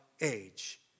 age